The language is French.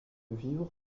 vivres